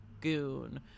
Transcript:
goon